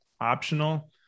optional